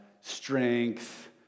strength